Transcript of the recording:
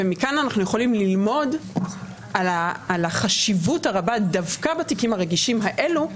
ומכאן אנחנו יכולים ללמוד על החשיבות הרבה דווקא בתיקים הרגישים האלו,